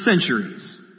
centuries